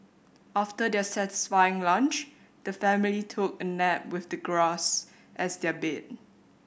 after their satisfying lunch the family took a nap with the grass as their bed